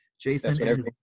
Jason